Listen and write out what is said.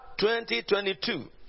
2022